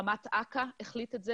ראש מדור אגף כוח אדם החליט את זה